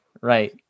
right